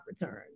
return